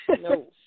no